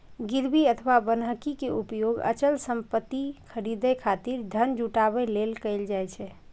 गिरवी अथवा बन्हकी के उपयोग अचल संपत्ति खरीदै खातिर धन जुटाबै लेल कैल जाइ छै